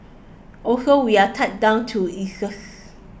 also we are tied down to